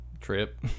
trip